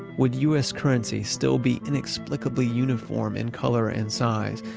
would us currency still be inexplicably uniform in color and size?